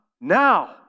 now